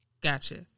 Gotcha